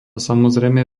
samozrejme